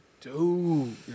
Dude